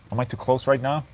am i too close right now?